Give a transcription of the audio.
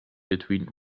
between